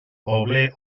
poble